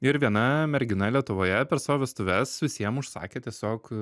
ir viena mergina lietuvoje per savo vestuves visiem užsakė tiesiog